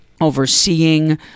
overseeing